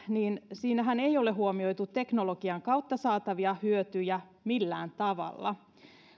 siinähän ei ole huomioitu teknologian kautta saatavia hyötyjä millään tavalla